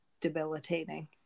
debilitating